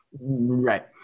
Right